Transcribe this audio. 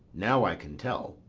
now i can tell.